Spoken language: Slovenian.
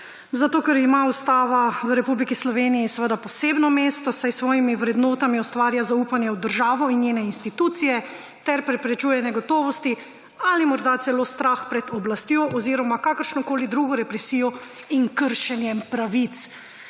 Zato ker ima ustava v Republiki Sloveniji posebno mesto, saj s svojimi vrednotami ustvarja zaupanje v državo in njene institucije ter preprečuje negotovosti ali morda celo strah pred oblastjo oziroma kakršnokoli drugo represijo in kršenje pravic.